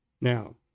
Now